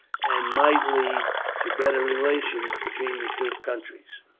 and might lead to better relations between the two countries.